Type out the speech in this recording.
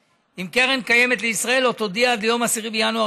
אם קרן קיימת לישראל לא תודיע עד ליום 10 בינואר